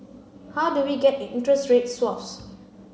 how do we get interest rate swaps